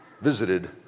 visited